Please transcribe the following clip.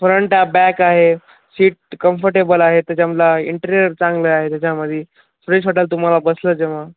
front back आहे seat comfortable आहे त्याच्यामधला इंटेरियअर चांगलं आहे त्याच्यामध्ये फ्रेश वाटलं तुम्हाला बसलं ज म